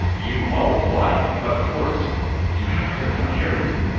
you always like of course you have heard about harrington?